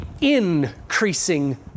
increasing